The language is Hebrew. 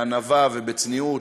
בענווה ובצניעות,